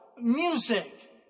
music